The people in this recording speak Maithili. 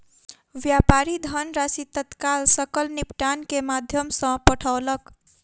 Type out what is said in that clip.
व्यापारी धनराशि तत्काल सकल निपटान के माध्यम सॅ पठौलक